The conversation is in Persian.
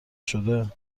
شده